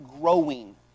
growing